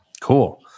cool